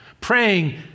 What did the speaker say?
praying